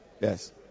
Yes